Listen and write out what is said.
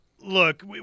look